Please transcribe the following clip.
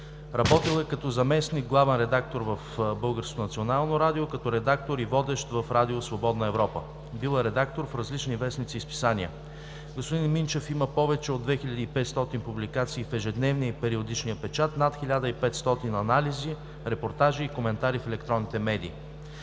Работил е като заместник главен редактор в Българското национално радио, като редактор и водещ в Радио „Свободна Европа“. Бил е редактор в различни вестници и списания. Господин Минчев има повече от 2500 публикации в ежедневния и периодичния печат, над 1500 анализи, репортажи и коментари в електронните медии.